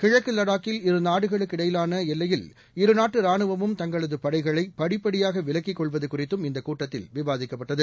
கிழக்கு லடாக்கில் இருநாடுகளுக்கு இடையிலான எல்லையில் இருநாட்டு ரானுவமும் தங்களது படைகளை படிப்படியாக விலக்கிக் கொள்வது குறித்தும் இந்தக் கூட்டத்தில் விவாதிக்கப்பட்டது